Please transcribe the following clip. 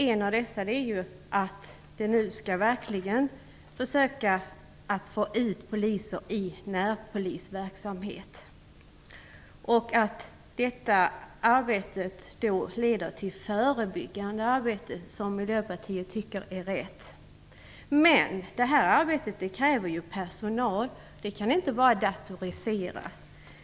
En av dessa är att man nu verkligen skall försöka att få ut poliser i närpolisverksamhet. Detta arbete innebär då förebyggande åtgärder, vilket vi i Miljöpartiet tycker är bra. Men det här arbetet kräver ju personal. Det kan inte bara datoriseras.